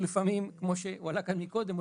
כמו שהועלה כאן קודם,